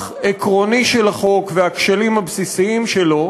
עקרוני של החוק והכשלים הבסיסיים שלו,